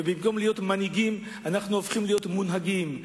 ובמקום להיות מנהיגים אנחנו הופכים להיות מונהגים.